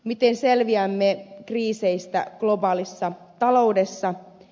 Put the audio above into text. miten selviämme kriiseistä globaalissa taloudessa